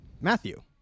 Matthew